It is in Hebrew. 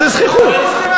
איזה זחיחות?